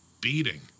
beating